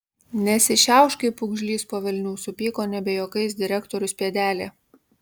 nesišiaušk kaip pūgžlys po velnių supyko nebe juokais direktorius pėdelė